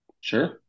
Sure